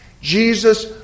Jesus